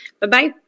Bye-bye